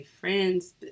friends